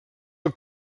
del